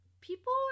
people